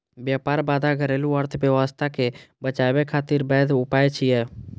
व्यापार बाधा घरेलू अर्थव्यवस्था कें बचाबै खातिर वैध उपाय छियै